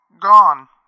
gone